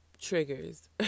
triggers